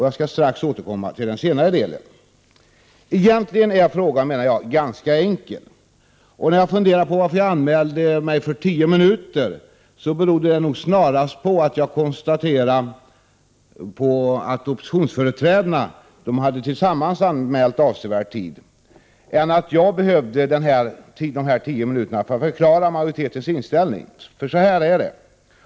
Jag skall strax återkomma till detta. Egentligen är frågan, menar jag, ganska enkel. När jag nu funderar på varför jag anmälde en talartid på tio minuter förstår jag att det snarare berodde på att oppositionsföreträdarna tillsammans hade anmält avsevärd tid än att jag behövde denna tid för att förklara majoritetens inställning. Så här är det.